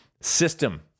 system